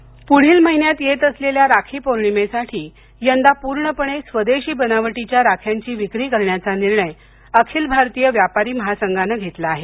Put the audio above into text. राखी प्रढील महिन्यात येत असलेल्या राखी पौर्णिमेसाठी यंदा पूर्णपणे स्वदेशी बनावटीच्या राख्यांची विक्री करण्याचा निर्णय अखिल भारतीय व्यापारी महासंघाने घेतला आहे